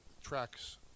tracks